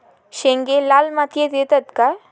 शेंगे लाल मातीयेत येतत काय?